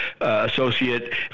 associate